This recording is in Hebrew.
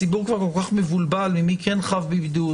הציבור כבר כל כך מבולבל לגבי מי חב בבידוד,